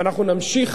ואנחנו נמשיך